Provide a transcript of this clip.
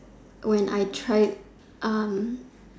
when I tried um